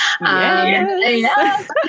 Yes